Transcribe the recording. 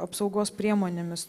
apsaugos priemonėmis